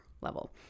level